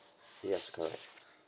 yes correct